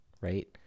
right